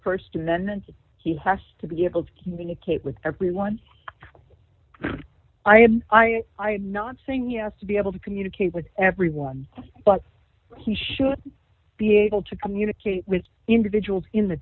st amendment he has to be able to communicate with everyone i am i i'm not saying he has to be able to communicate with everyone but he should be able to communicate with the individuals in the